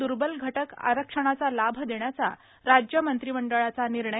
दूर्बल घटक आरक्षणाचा लाभ देण्याचा राज्य मंत्रिमंडळाचा निर्णय